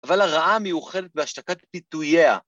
‫אבל הרעה מיוחדת בהשתקת פיתויה.